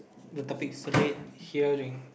the topic red hearing